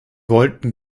wollten